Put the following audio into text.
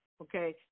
okay